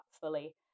fully